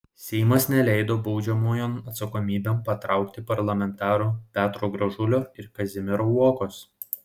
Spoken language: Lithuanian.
seimas neleido baudžiamojon atsakomybėn patraukti parlamentarų petro gražulio ir kazimiero uokos